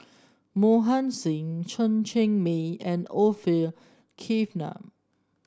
Mohan Singh Chen Cheng Mei and Orfeur Cavenagh